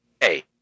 Hey